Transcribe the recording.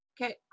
Okay